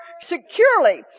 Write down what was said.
securely